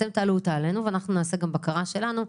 אתם תעלו אותה אלינו ואנחנו נעשה גם בקרה שלנו.